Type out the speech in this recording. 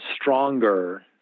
stronger